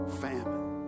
famine